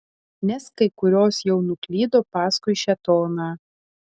nes kai kurios jau nuklydo paskui šėtoną